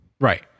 Right